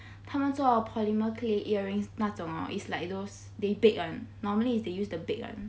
他们做 polymer clay earrings 那种 hor is like those they bake one normally is they use the bake [one]